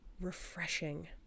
refreshing